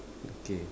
okay